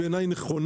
בעיני היא נכונה,